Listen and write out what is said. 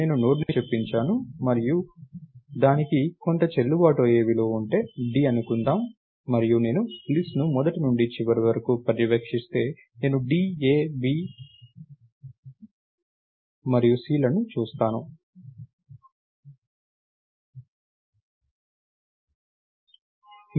నేను నోడ్ని చొప్పించాను మరియు దానికి కొంత చెల్లుబాటు అయ్యే విలువ ఉంటే d అనుకుందాం మరియు నేను లిస్ట్ ను మొదటి నుండి చివరి వరకు పర్యవేక్షిస్తే నేను d a b మరియు cలను చూస్తాను